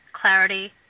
clarity